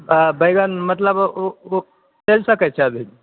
बैगन मतलब ओ ओ चलि सकै छै अभी